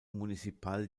municipal